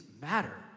matter